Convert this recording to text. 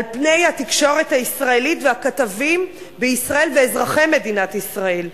על פני התקשורת הישראלית והכתבים בישראל ואזרחי מדינת ישראל.